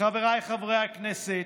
חבריי חברי הכנסת,